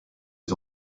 les